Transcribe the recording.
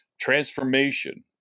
Transformation